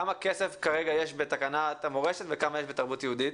כמה כסף כרגע יש בתקנת המורשת וכמה יש בתרבות יהודית?